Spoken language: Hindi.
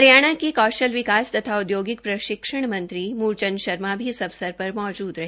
हरियाणा के कौशल विकास तथा औद्योगिक प्रशिक्षण मंत्री श्री मूलचंद शर्मा भी इस अवसर पर मौजूद रहे